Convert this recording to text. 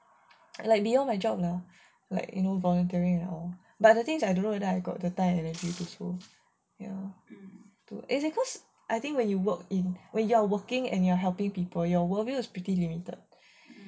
like beyond my job lah like you know volunteering and all but the thing is I don't know whether I got the time and energy ya is because I think when you work when you are working and you are helping people your world view is pretty limited